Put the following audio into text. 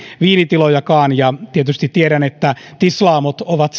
viinitilojakaan tietysti tiedän että tislaamot ovat